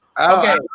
Okay